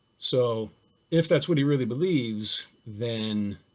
so if that's what he really believes, then